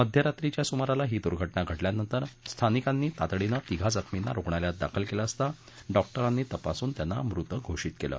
मध्यरात्रीच्या सुमारास ही दुर्घटना घडल्यानंतर स्थानिकांनी तातडीनं तिघा जखर्मींना रुणालयात दाखल केलं असता डॉक्टरांनी तपासून त्यांना मृत घोषीत केलं